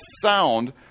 sound